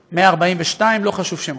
155. 142, לא חשוב שמות.